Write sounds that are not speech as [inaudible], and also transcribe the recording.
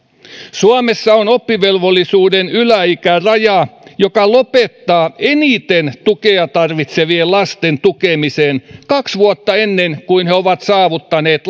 suomessa on oppivelvollisuuden yläikäraja joka lopettaa eniten tukea tarvitsevien lasten tukemisen kaksi vuotta ennen kuin he ovat saavuttaneet [unintelligible]